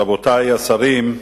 רבותי השרים,